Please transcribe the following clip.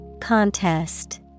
Contest